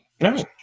No